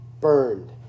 burned